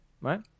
right